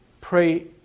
pray